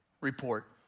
report